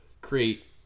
create